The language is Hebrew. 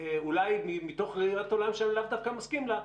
אולי מתוך ראיית עולם שאני לאו דווקא מסכים לה,